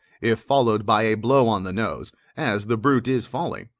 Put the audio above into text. if followed by a blow on the nose, as the brute is falling,